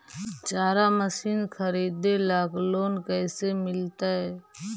चारा मशिन खरीदे ल लोन कैसे मिलतै?